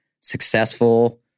successful